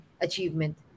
achievement